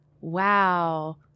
wow